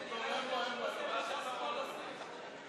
אנחנו עוברים להצבעה שמית על הצעת החוק של חברת הכנסת עליזה